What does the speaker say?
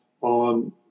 on